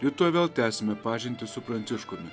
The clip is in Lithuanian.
ir vėl tęsime pažintį su pranciškumi